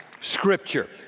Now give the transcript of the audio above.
Scripture